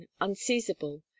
unseizable